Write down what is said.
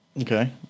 Okay